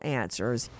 answers